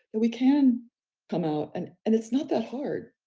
that we can come out. and and it's not that hard.